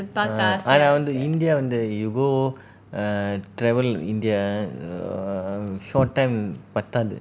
ah I ஆனா வந்து:aana vanthu india வந்து:vanthu you go err travel india ah err short time பத்தாது:pathathu